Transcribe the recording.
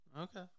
Okay